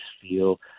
feel